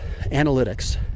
analytics